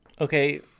Okay